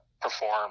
perform